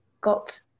got